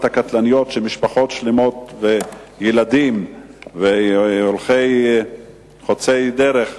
הקטלניות של משפחות שלמות וילדים וחוצי דרך,